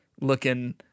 looking